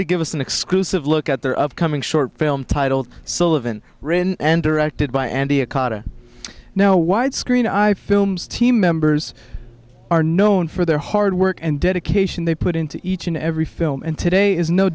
to give us an exclusive look at their upcoming short film titled sullivan written and directed by andy acosta now widescreen i films team members are known for their hard work and dedication they put into each and every film and today is no